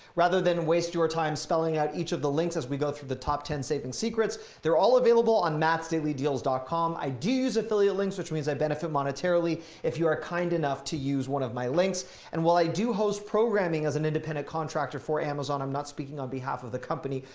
rather than waste your time spelling out each of the links as we go through the top ten savings secrets. they're all available on mattsdailydeals dot com i do use affiliate links, which means i benefit monetarily monetarily if you are kind enough to use one of my links and while i do host programming as an dependent contractor for amazon. i'm not speaking on behalf of the company,